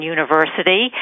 University